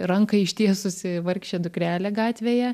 ranką ištiesusi vargšė dukrelė gatvėje